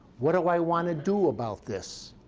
what do i want to do about this?